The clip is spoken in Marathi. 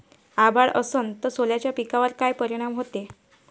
अभाळ असन तं सोल्याच्या पिकावर काय परिनाम व्हते?